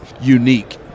unique